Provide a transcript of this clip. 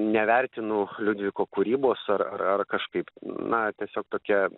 nevertinu liudviko kūrybos ar ar ar kažkaip na tiesiog tokia